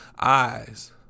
eyes